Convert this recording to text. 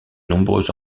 nombreux